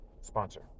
sponsor